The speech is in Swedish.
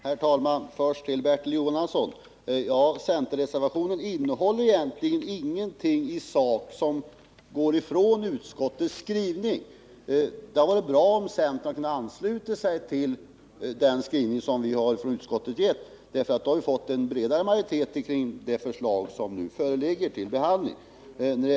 Herr talman! Först till Bertil Jonasson: Centerreservationen innehåller egentligen ingenting isak som går ifrån utskottets skrivning. Det har varit bra om centern hade kunnat ansluta sig till den skrivning som utskottet gjort, för då hade vi fått en bredare majoritet kring det förslag som nu föreligger till behandling.